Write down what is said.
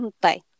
Bye